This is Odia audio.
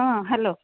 ହଁ ହ୍ୟାଲୋ